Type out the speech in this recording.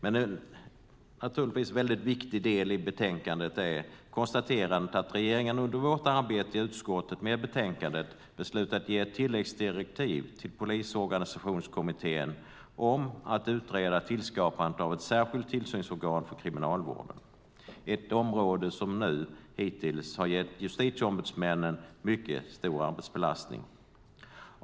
En viktig del i betänkandet är konstaterandet att regeringen under vårt arbete i utskottet med betänkandet beslutat att ge tilläggsdirektiv till Polisorganisationskommittén om att utreda skapandet av ett särskilt tillsynsorgan för Kriminalvården. Det är ett område som hittills gett justitieombudsmännen en mycket stor arbetsbelastning.